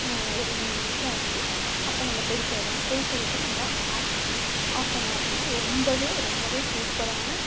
ஒரு ரெண்டு நிமிஷம் வச்சு அப்போ நம்ம கொதிக்க விடணும் கொதிக்க விட்டு நம்ப ஆஃப் பண்ணிவிடணும் ஆஃப் பண்ணோம் அப்படின்னா ரொம்பவே ரொம்பவே சூப்பரான